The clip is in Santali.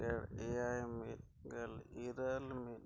ᱢᱤᱫᱜᱮᱞ ᱮᱭᱟᱭ ᱢᱤᱫ ᱜᱮᱞ ᱤᱨᱟᱹᱞ